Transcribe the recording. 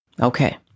Okay